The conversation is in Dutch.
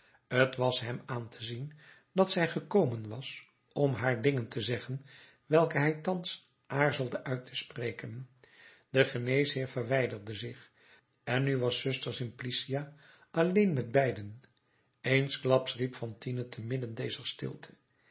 t was hem aan te zien dat hij gekomen was om haar dingen te zeggen welke hij thans aarzelde uit te spreken de geneesheer verwijderde zich en nu was zuster simplicia alleen met beiden eensklaps riep fantine te midden dezer stilte